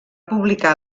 publicar